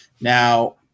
Now